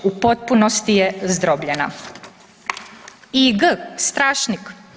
U potpunosti je zdrobljena.“ IG, Strašnik.